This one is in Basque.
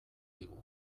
digu